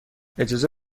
اجازه